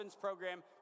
program